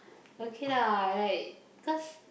okay lah like cause